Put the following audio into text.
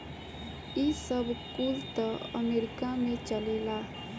ई सब कुल त अमेरीका में चलेला